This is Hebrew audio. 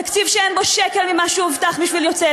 תקציב שאין בו שקל ממה שהובטח בשביל יוצאי